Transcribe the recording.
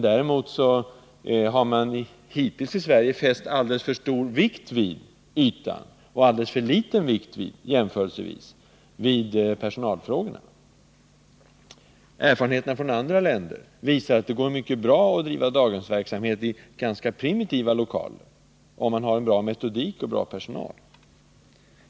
Vi har emellertid i Sverige hittills fäst alltför stor vikt vid ytan och jämförelsevis alldeles för liten vikt vid personalfrågorna. Erfarenheter från andra länder visar att det går mycket bra att driva daghemsverksamhet i ganska primitiva lokaler, om man har en bra metodik och bra personal.